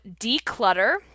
declutter